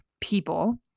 people